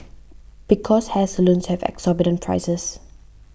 because hair salons have exorbitant prices